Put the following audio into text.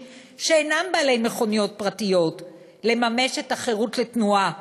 שאינם בעלי מכוניות פרטיות לממש את הזכות לחירות התנועה,